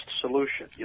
solution